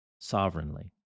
sovereignly